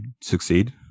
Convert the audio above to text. succeed